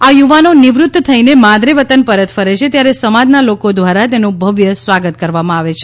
આ યુવાનો નિવૃત્ત થઈને માદરે વતન પરત ફરે છે ત્યારે સમાજના લોકો દ્વારા તેમનું ભવ્ય સ્વાગત કરવામાં આવે છે